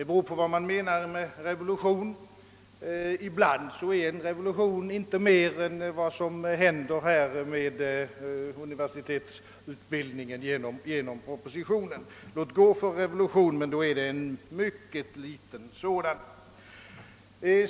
Ibland kan alltså med en revolution inte avses mer än vad som nu föreslås ske med universitetsutbildningen i propositionen. Låt gå för att det är en revolution, men i så fall är det en mycket liten sådan.